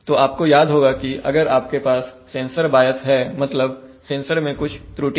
तो आपको याद होगा कि अगर आपके पास सेंसर बायस है मतलब सेंसर में कुछ त्रुटि है